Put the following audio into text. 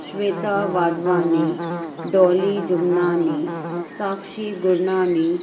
Shweta Wadhwani Dholi Jugnani Sakshi Gurnani